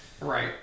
right